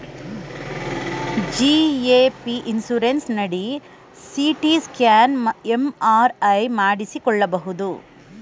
GAP insurance ನಡಿ CT scan, MRI ಮಾಡಿಸಿಕೊಳ್ಳಬಹುದು